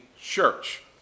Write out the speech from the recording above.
church